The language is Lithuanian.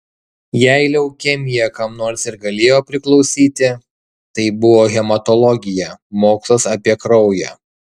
jei leukemija kam nors ir galėjo priklausyti tai buvo hematologija mokslas apie kraują